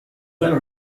well